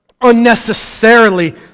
unnecessarily